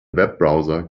webbrowser